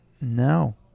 No